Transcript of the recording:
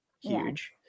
huge